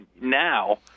now